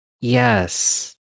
yes